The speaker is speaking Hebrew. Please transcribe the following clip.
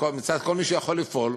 מצד כל מי שיכול לפעול,